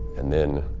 and then